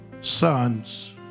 sons